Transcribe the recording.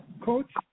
Coach